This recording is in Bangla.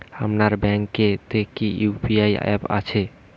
আপনার ব্যাঙ্ক এ তে কি ইউ.পি.আই অ্যাপ আছে?